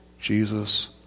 Jesus